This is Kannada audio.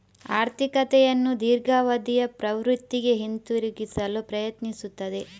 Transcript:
ಆರ್ಥಿಕತೆಯನ್ನು ದೀರ್ಘಾವಧಿಯ ಪ್ರವೃತ್ತಿಗೆ ಹಿಂತಿರುಗಿಸಲು ಪ್ರಯತ್ನಿಸುತ್ತದೆ